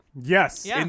Yes